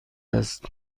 است